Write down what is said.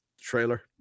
trailer